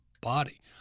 body